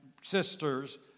sisters